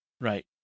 right